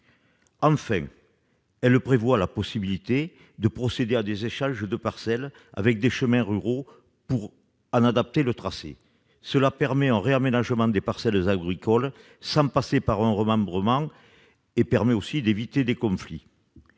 Enfin, elle prévoit la possibilité de procéder à des échanges de parcelles avec des chemins ruraux pour en adapter le tracé- cela permet de réaménager les parcelles agricoles sans passer par un remembrement et d'éviter des conflits.